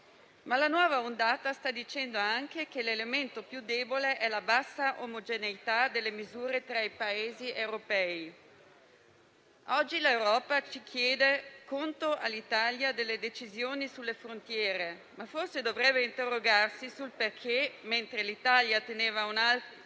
Ma la nuova ondata sta dicendo anche che l'elemento più debole è la bassa omogeneità delle misure tra i Paesi europei. Oggi l'Europa chiede conto all'Italia delle decisioni sulle frontiere, ma forse dovrebbe interrogarsi sul perché, mentre l'Italia teneva alta